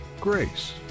grace